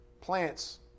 plants